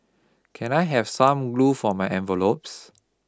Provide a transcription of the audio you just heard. can I have some glue for my envelopes